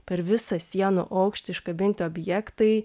per visą sienų aukštį iškabinti objektai